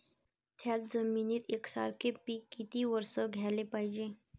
थ्याच जमिनीत यकसारखे पिकं किती वरसं घ्याले पायजे?